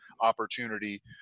opportunity